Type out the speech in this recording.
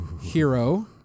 hero